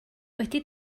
wedi